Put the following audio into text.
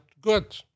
good